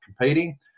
competing